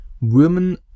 Women